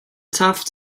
tough